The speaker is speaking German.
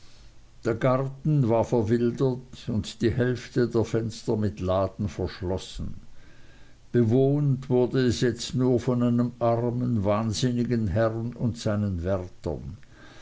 der garten war verwildert und die hälfte der fenster mit laden verschlossen bewohnt wurde es jetzt nur von einem armen wahnsinnigen herrn und seinen